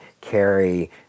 carry